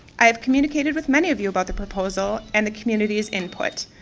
i have communicated with many of you about the proposal and the communities input.